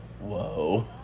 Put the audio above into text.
Whoa